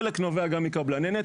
חלק גם נובע מקבלני נת"ע,